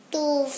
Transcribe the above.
Two